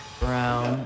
brown